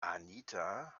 anita